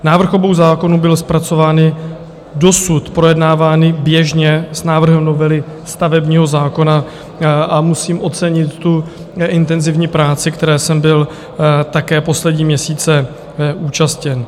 Návrhy obou zákonů byly zpracovávány, dosud projednávány běžně s návrhem novely stavebního zákona a musím ocenit tu intenzivní práci, které jsem byl také poslední měsíce účasten.